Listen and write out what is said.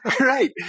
Right